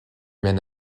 mène